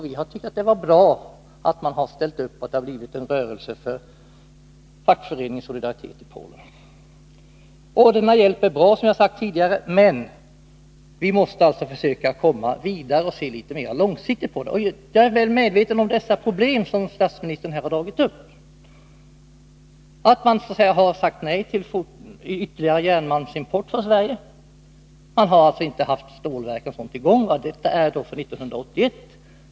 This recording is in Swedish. Vi har tyckt att det var bra att man har ställt upp så att det har blivit en rörelse för fackföreningen Solidaritet i Polen. Denna hjälp är bra, som jag sagt, men vi måste försöka komma vidare och se litet mer långsiktigt på detta. Jag är väl medveten om de problem som statsministern här har dragit upp — att man har sagt nej till ytterligare järnmalmsimport från Sverige. Man har inte haft stålverk och sådant i gång under 1981.